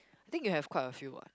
think you have quite a few what